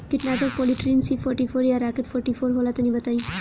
कीटनाशक Polytrin C forty four या Rocket forty four होला तनि बताई?